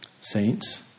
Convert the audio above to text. Saints